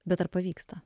bet ar pavyksta